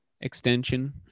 extension